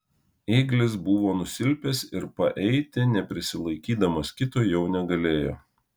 ėglis buvo nusilpęs ir paeiti neprisilaikydamas kito jau negalėjo